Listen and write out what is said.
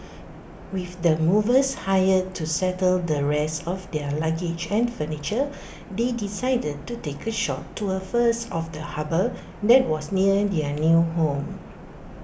with the movers hired to settle the rest of their luggage and furniture they decided to take A short tour first of the harbour that was near their new home